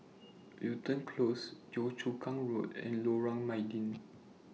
Wilton Close Yio Chu Kang Road and Lorong Mydin